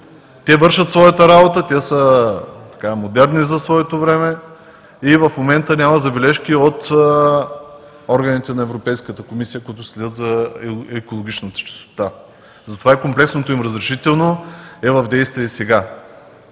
Те вършат своята работа, модерни са за своето време и в момента няма забележки от органите на Европейската комисия, която следи за екологичната чистота. Затова и комплексното им разрешително е в действие сега.